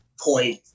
point